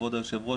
כבוד היושב-ראש,